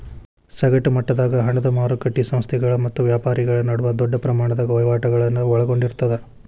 ಸಗಟ ಮಟ್ಟದಾಗ ಹಣದ ಮಾರಕಟ್ಟಿ ಸಂಸ್ಥೆಗಳ ಮತ್ತ ವ್ಯಾಪಾರಿಗಳ ನಡುವ ದೊಡ್ಡ ಪ್ರಮಾಣದ ವಹಿವಾಟುಗಳನ್ನ ಒಳಗೊಂಡಿರ್ತದ